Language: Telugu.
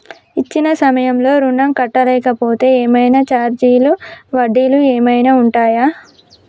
ఇచ్చిన సమయంలో ఋణం కట్టలేకపోతే ఏమైనా ఛార్జీలు వడ్డీలు ఏమైనా ఉంటయా?